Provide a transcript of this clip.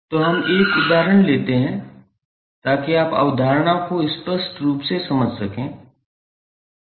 तो हम एक उदाहरण लेते हैं ताकि आप अवधारणा को स्पष्ट रूप से समझ सकें